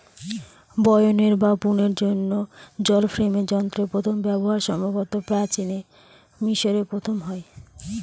বয়নের বা বুননের জন্য জল ফ্রেম যন্ত্রের প্রথম ব্যবহার সম্ভবত প্রাচীন মিশরে প্রথম হয়